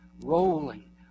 rolling